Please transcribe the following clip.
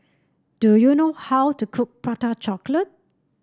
do you know how to cook Prata Chocolate